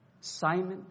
Simon